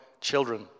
children